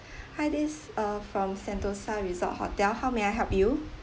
hi this uh from Sentosa resort hotel how may I help you